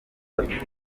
bafite